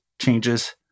changes